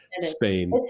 Spain